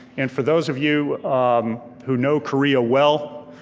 and for those of you um who know korea well,